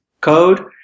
code